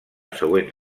següent